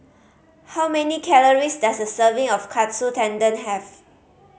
how many calories does a serving of Katsu Tendon have